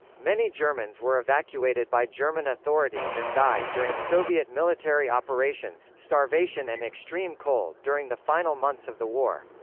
many germans were evacuated by german authorities and died during soviet military operations, starvation and extreme cold during the final months of the war.